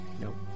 nope